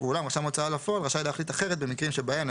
ואולם רשם הוצאה לפועל רשאי להחליט אחרת במקרים שבהם,